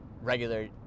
regular